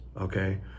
okay